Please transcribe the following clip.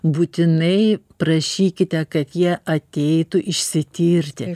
būtinai prašykite kad jie ateitų išsitirti